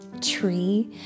Tree